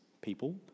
people